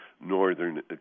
northern